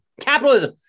Capitalism